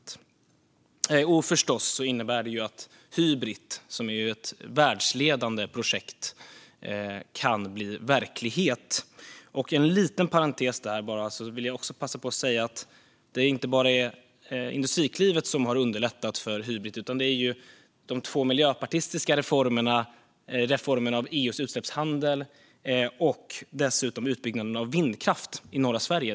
Det innebär förstås också att Hybrit, som är ett världsledande projekt, kan bli verklighet. Som en liten parentes vill jag passa på att säga att det inte bara är Industriklivet som har underlättat för Hybrit utan också de två miljöpartistiska reformerna reformen av EU:s utsläppshandel och utbyggnaden av vindkraft i norra Sverige.